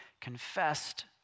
confessed